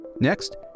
Next